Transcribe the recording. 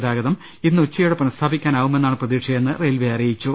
ഗതാഗതം ഇന്ന് ഉച്ചയോടെ പുനഃസ്ഥാപിക്കാനാവുമെന്നാണ് പ്രതീക്ഷയെന്ന് റെയിൽവെ അറിയിച്ചു